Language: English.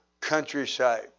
countryside